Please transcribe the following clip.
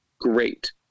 Great